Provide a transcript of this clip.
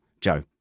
Joe